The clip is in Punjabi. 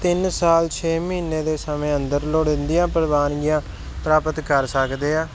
ਤਿੰਨ ਸਾਲ ਛੇ ਮਹੀਨੇ ਦੇ ਸਮੇਂ ਅੰਦਰ ਲੋੜੀਂਦੀਆਂ ਪ੍ਰਵਾਨਗੀਆਂ ਪ੍ਰਾਪਤ ਕਰ ਸਕਦੇ ਆ